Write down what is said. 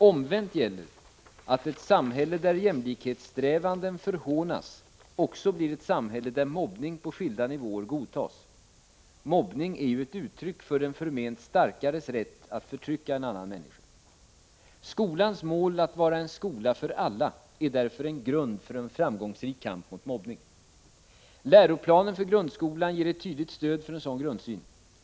Omvänt gäller att ett samhälle där jämlikhetssträvanden förhånas också blir ett samhälle där mobbning på skilda nivåer godtas; mobbning är ett uttryck för den förment starkares rätt att förtrycka en annan människa. Skolans mål att vara en skola för alla är därför en grund för en framgångsrik kamp mot mobbning. Läroplanen för grundskolan ger ett tydligt stöd för en sådan grundsyn.